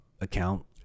account